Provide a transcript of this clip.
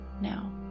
now